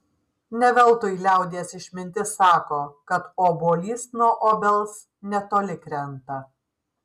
ne veltui liaudies išmintis sako kad obuolys nuo obels netoli krenta